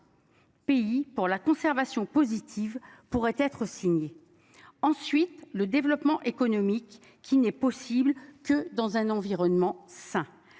Pays pour la conservation positive pourrait être signé. Ensuite, le développement économique qui n'est possible que dans un environnement sain.